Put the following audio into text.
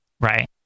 Right